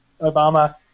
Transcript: Obama